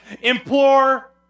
implore